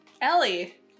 Ellie